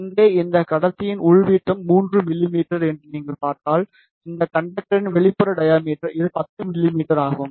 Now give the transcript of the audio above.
இங்கே இந்த கடத்தியின் உள் விட்டம் 3 மிமீ என்று நீங்கள் பார்த்தால் இந்த கண்டக்டரின் வெளிப்புற டையாமீட்டர் இது 10 மிமீ ஆகும்